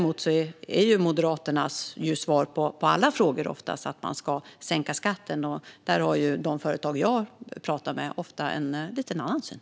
Moderaternas svar på alla frågor är ju oftast att man ska sänka skatten, men där har de företag jag talar med ofta en lite annan syn.